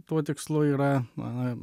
tuo tikslu yra na